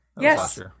Yes